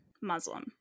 Muslim